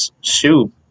shoe